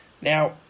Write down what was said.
Now